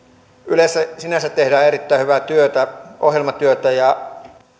ylessä sinänsä tehdään erittäin hyvää työtä ohjelmatyötä ja